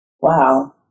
Wow